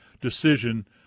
decision